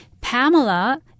Pamela